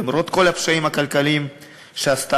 למרות כל הקשיים הכלכליים ברשת,